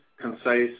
concise